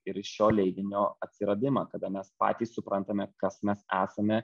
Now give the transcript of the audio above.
ir šio leidinio atsiradimą kada mes patys suprantame kas mes esame